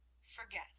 Forget